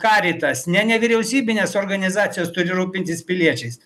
karitas ne nevyriausybinės organizacijos turi rūpintis piliečiais